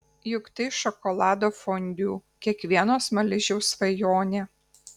juk tai šokolado fondiu kiekvieno smaližiaus svajonė